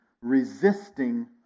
resisting